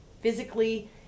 physically